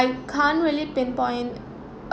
can't really pinpoint